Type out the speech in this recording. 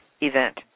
event